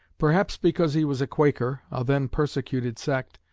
perhaps because he was a quaker, a then persecuted sect,